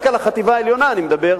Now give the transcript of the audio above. רק על החטיבה העליונה אני מדבר,